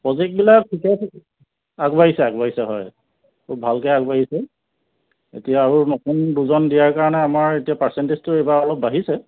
প্ৰজেক্টবিলাক ঠিকে আগুৱাইছে আগুৱাইছে হয় ভালকে আগবাঢ়িছে এতিয়া আৰু নতুন দুজন দিয়াৰ কাৰণে আমাৰ পাৰ্চেণ্টেজটো অলপ বাঢ়িছে